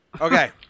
Okay